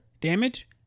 damage